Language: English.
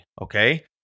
Okay